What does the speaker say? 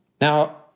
Now